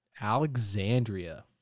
Alexandria